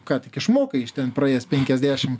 ką tik išmokai iš ten praėjęs penkiasdešim